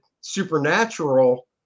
Supernatural